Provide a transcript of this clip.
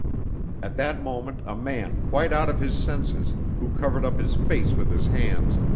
at that moment a man quite out of his senses, who covered up his face with his hands,